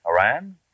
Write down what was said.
Iran